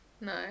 No